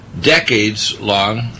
decades-long